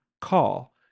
call